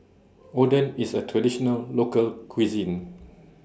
Oden IS A Traditional Local Cuisine